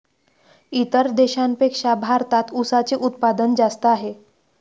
इतर देशांपेक्षा भारतात उसाचे उत्पादन जास्त आहे